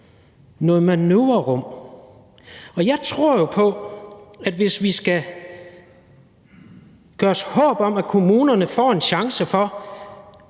noget manøvrerum. Og jeg tror jo på, at hvis vi skal gøre os håb om, at kommunerne får en chance for